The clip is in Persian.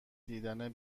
دیدن